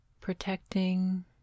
protecting